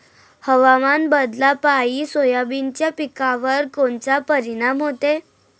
हवामान बदलापायी सोयाबीनच्या पिकावर कोनचा परिणाम होते?